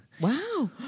Wow